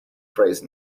phrase